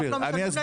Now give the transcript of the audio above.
לאט לאט.